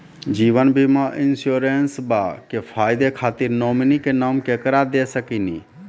जीवन बीमा इंश्योरेंसबा के फायदा खातिर नोमिनी के नाम केकरा दे सकिनी?